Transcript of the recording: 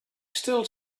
still